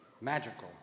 magical